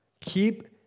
keep